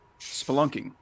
spelunking